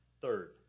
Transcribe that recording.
Third